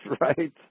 right